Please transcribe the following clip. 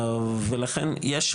הר